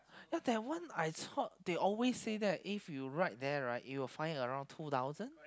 ya that one I thought they always say that if you ride there right you will fine around two thousand